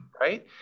Right